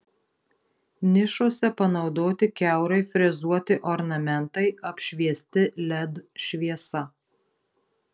nišose panaudoti kiaurai frezuoti ornamentai apšviesti led šviesa